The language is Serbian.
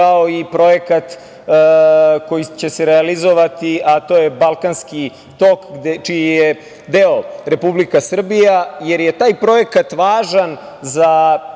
kao i projekat koji će se realizovati, a to je Balkanski tok, čiji je deo Republika Srbija, jer je taj projekat važan za